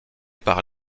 par